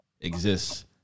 exists